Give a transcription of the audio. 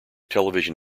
television